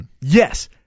Yes